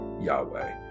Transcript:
Yahweh